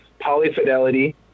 polyfidelity